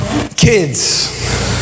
Kids